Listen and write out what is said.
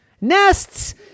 Nests